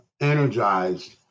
energized